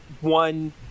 one